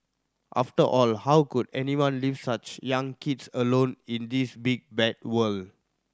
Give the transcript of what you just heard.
after all how could anyone leave such young kids alone in this big bad world